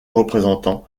représentant